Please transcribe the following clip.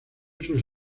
sus